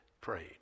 prayed